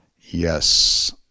Yes